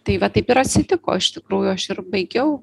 tai va taip ir atsitiko iš tikrųjų aš ir baigiau